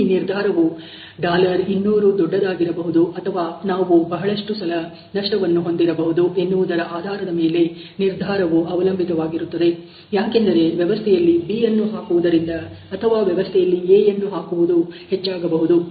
ಇಲ್ಲಿ ನಿರ್ಧಾರವು 200 ದೊಡ್ಡದಾಗಿರಬಹುದು ಅಥವಾ ನಾವು ಬಹಳಷ್ಟು ಸಲ ನಷ್ಟವನ್ನು ಹೊಂದಿರಬಹುದು ಎನ್ನುವುದರ ಆಧಾರದ ಮೇಲೆ ನಿರ್ಧಾರವು ಅವಲಂಬಿತವಾಗಿರುತ್ತದೆ ಯಾಕೆಂದರೆ ವ್ಯವಸ್ಥೆಯಲ್ಲಿ B ಅನ್ನು ಹಾಕುವುದರಿಂದ ಅಥವಾ ವ್ಯವಸ್ಥೆಯಲ್ಲಿ A ಅನ್ನು ಹಾಕುವುದು ಹೆಚ್ಚಾಗಬಹುದು